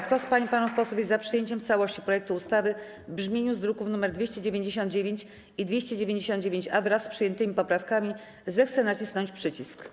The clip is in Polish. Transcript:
Kto z pań i panów posłów jest za przyjęciem w całości projektu ustawy w brzmieniu z druków nr 299 i 299-A, wraz z przyjętymi poprawkami, zechce nacisnąć przycisk.